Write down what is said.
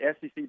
SEC